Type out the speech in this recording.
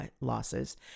losses